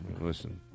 Listen